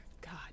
God